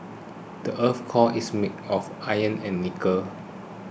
the earth's core is made of iron and nickel